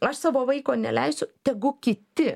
aš savo vaiko neleisiu tegu kiti